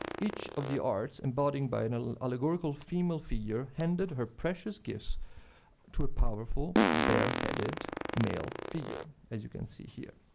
each of the arts, embodied by an ah allegorical female figure, handed her precious gifts to a powerful, bareheaded male figure, as you can see here.